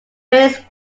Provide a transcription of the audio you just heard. faced